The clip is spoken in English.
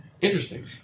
Interesting